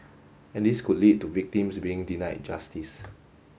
and this could lead to victims being denied justice